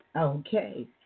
Okay